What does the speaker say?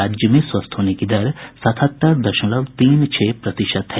राज्य में स्वस्थ होने की दर सतहत्तर दशमलव तीन छह प्रतिशत है